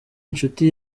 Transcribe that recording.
inshuti